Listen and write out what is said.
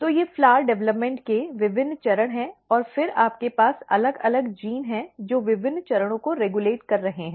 तो ये फूल विकास के विभिन्न चरण हैं और फिर आपके पास अलग अलग जीन हैं जो विभिन्न चरणों को रेगुलेट कर रहे हैं